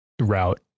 route